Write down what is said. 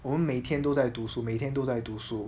我们每天都在读书每天都在读书